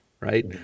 right